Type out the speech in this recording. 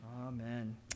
Amen